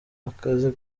akazi